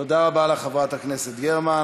תודה רבה לך, חברת הכנסת גרמן.